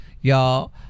Y'all